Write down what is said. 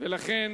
ולכן